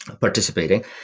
participating